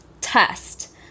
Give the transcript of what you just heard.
test